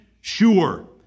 sure